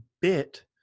bit